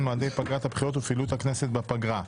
מועדי פגרת הבחירות ופעילות הכנסת בפגרה: